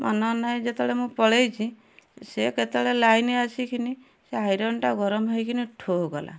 ମନ ନାହିଁ ଯେତେବେଳେ ମୁଁ ପଳେଇଛି ସେ କେତେବେଳେ ଲାଇନ୍ ଆସିକିନି ସେ ଆଇରନଟା ଗରମ ହେଇକିନି ଠୋ କଲା